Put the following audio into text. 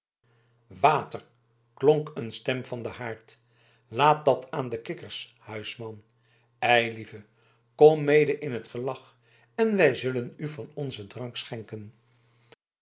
water klonk een stem van den haard laat dat aan de kikkers huisman eilieve kom mede in t gelag en wij zullen u van onzen drank schenken